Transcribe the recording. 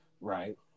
right